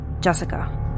Jessica